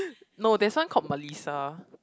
no there's one called Melissa